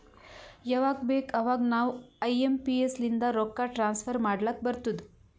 ಯವಾಗ್ ಬೇಕ್ ಅವಾಗ ನಾವ್ ಐ ಎಂ ಪಿ ಎಸ್ ಲಿಂದ ರೊಕ್ಕಾ ಟ್ರಾನ್ಸಫರ್ ಮಾಡ್ಲಾಕ್ ಬರ್ತುದ್